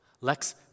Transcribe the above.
lex